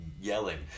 yelling